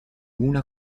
una